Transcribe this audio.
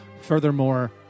Furthermore